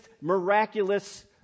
miraculous